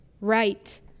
right